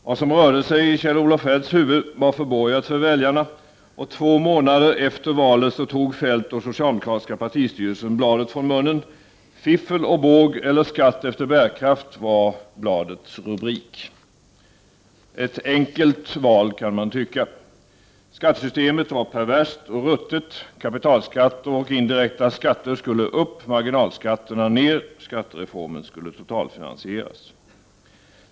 Vad som rörde sig i Kjell-Olof Feldts huvud var förborgat för väljarna. Två månader efter valet tog Kjell-Olof Feldt och den socialdemokratiska partistyrelsen bladet från munnen: ”Fiffel och båg eller skatt efter bärkraft”. Det var rubriken — ett enkelt val, kan man tycka. Skattesystemet var perverst och ruttet. Kapitalskatter och indirekta skatter skulle upp och marginalskatterna skulle ned. Skattereformen skulle totalfinansieras.